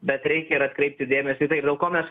bet reikia ir atkreipti dėmesį į tai ir dėl ko mes